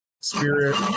spirit